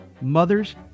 Mothers